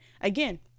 again